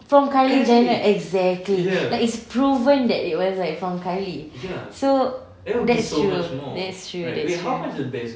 from kylie jenner exactly like it's proven that it was from kylie so that's true that's true that's true